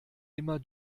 immer